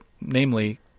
namely